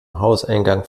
hauseingang